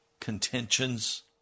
contentions